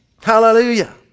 Hallelujah